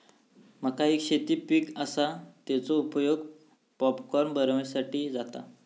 मका एक शेती पीक आसा, तेचो उपयोग पॉपकॉर्न बनवच्यासाठी जाता